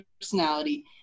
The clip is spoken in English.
personality